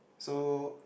so